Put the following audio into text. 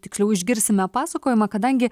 tiksliau išgirsime pasakojimą kadangi